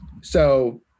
So-